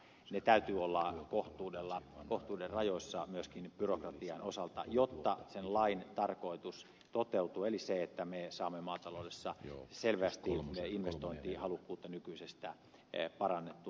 niiden täytyy olla kohtuuden rajoissa myöskin byrokratian osalta jotta sen lain tarkoitus toteutuu eli se että me saamme maataloudessa selvästi investointihalukkuutta nykyisestä parannettua